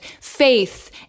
faith